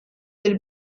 del